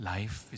Life